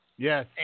Yes